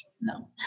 No